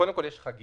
קודם כול, יש חגים.